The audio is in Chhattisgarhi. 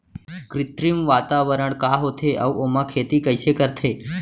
कृत्रिम वातावरण का होथे, अऊ ओमा खेती कइसे करथे?